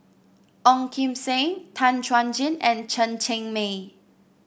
Ong Kim Seng Tan Chuan Jin and Chen Cheng Mei